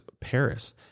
Paris